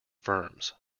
firms